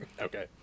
okay